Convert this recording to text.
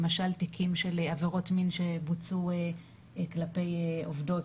למשל תיקים של עבירות מין שבוצעו כלפי עובדות,